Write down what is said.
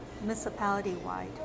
municipality-wide